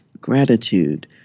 Gratitude